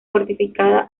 fortificada